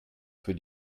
für